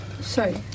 Sorry